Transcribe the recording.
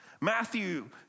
Matthew